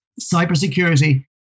Cybersecurity